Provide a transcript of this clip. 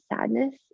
sadness